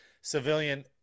Civilian